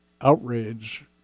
outrage